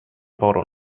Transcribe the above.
bottle